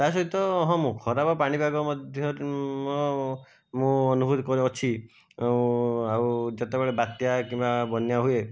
ତା ସହିତ ହଁ ମୁଁ ଖରାପ ପାଣିପାଗ ମଧ୍ୟ ମୁଁ ଅନୁଭୂତ କରିଅଛି ଆଉ ଯେତେବେଳେ ବାତ୍ୟା କିମ୍ବା ବନ୍ୟା ହୁଏ